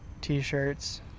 t-shirts